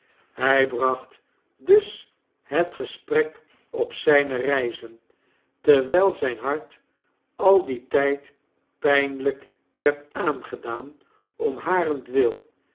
hy bracht dus het gesprek op zyne reizen terwyl zyn hart al dien tyd pijnlyk werd aangedaan om harentwil